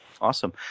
Awesome